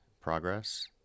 progress